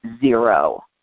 zero